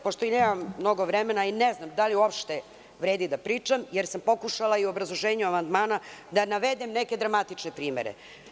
Pošto nemam mnogo vremena, ne znam da li uopšte vredi da pričam, jer sam pokušala u obrazloženju amandmana da navedem neke dramatične primere.